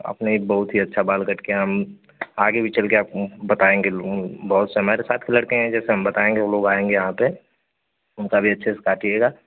आपने एक बहुत ही अच्छा बाल कट किया हम आगे भी चल कर आप बताएँगे बहुत से हमारे साथ के लड़के हैं जैसे हम बताएँगे वो लोग आएँगे यहाँ पर उनका भी अच्छे से काटिएगा